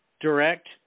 direct